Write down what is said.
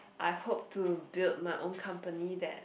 I hope to build my own company that